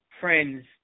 friends